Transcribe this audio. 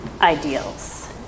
ideals